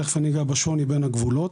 תכף אני אגע בשוני בין הגבולות.